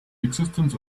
existence